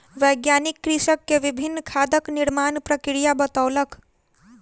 वैज्ञानिक कृषक के विभिन्न खादक निर्माण प्रक्रिया बतौलक